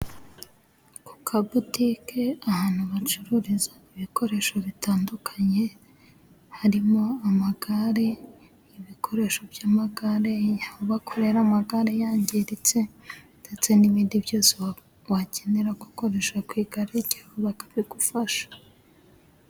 Ku ka butike ahantu bacururiza ibikoresho bitandukanye, harimo amagare, ibikoresho by'amagare, aho bakorera amagare yangiritse, ndetse n'ibindi byose wakenera gukoresha ku igare ryawe bakabigufasha.